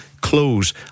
close